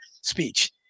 speech